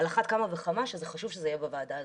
על אחת כמה וכמה חשוב שזה יהיה בוועדה הזאת.